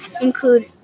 include